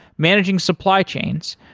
managing supply chains,